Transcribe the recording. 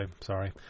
sorry